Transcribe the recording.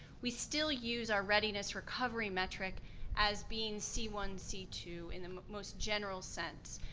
we still use our readiness recovery metric as being c one, c two, in the most general sense.